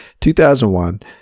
2001